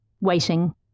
waiting